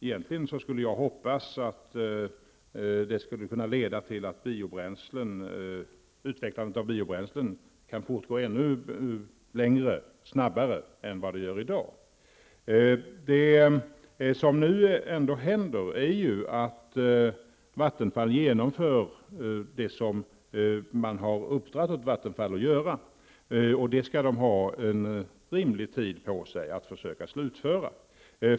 Egentligen hoppas jag att det leder till att utvecklandet av biobränslen kan gå ännu längre och ännu snabbare än som är fallet i dag. Vattenfall genomför trots allt det som man har uppdragit åt Vattenfall att göra, och Vattenfall skall ha rimlig tid på sig för det arbete som man försöker slutföra.